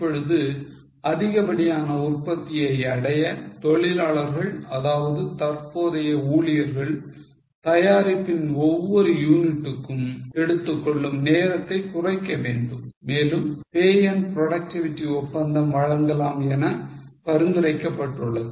இப்பொழுது அதிகப்படியான உற்பத்தியை அடைய தொழிலாளர்கள் அதாவது தற்போதைய ஊழியர்கள் தயாரிப்பின் ஒவ்வொரு யூனிட்டுக்கும் எடுத்துக்கொள்ளும் நேரத்தை குறைக்க வேண்டும் மேலும் pay and productivity ஒப்பந்தம் வழங்கலாம் என பரிந்துரைக்கப்பட்டுள்ளது